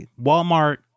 Walmart